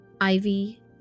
Ivy